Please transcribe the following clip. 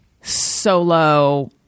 solo